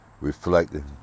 reflecting